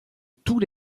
tous